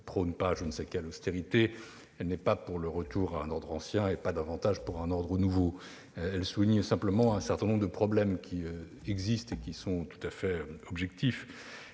prône pas je ne sais quelle austérité. Elle n'est pas pour le retour à un ordre ancien, pas davantage pour un ordre nouveau. Elle souligne simplement un certain nombre de problèmes, dont l'existence est tout à fait objective,